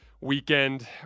weekend